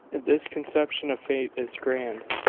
this conception of fate is grand,